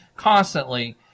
Constantly